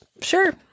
Sure